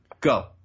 Go